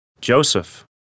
Joseph